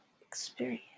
experience